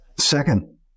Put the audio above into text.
Second